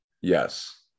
Yes